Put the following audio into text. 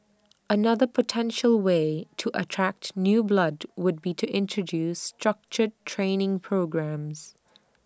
another potential way to attract new blood would be to introduce structured training programmes